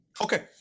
Okay